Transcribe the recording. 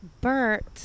Bert